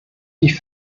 die